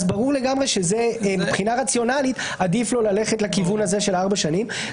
אז ברור לגמרי שמבחינה רציונלית עדיף לו ללכת לכיוון הזה של הארבע שנים.